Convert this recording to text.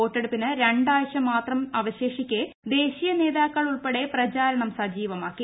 വോട്ടെടുപ്പിന് രണ്ടാഴ്ച മാത്രം അവശേഷിക്ക് ്ദേശീയ നേതാക്കൾ ഉൾപ്പെടെ പ്രചാരണം സജീവമാക്കി